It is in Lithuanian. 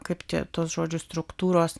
kaip tie tos žodžių struktūros